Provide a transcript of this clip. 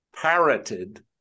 parroted